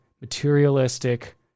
materialistic